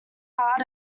hard